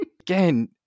Again